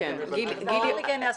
יש